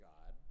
God